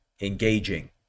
engaging